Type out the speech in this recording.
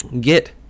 get